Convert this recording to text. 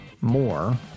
more